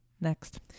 Next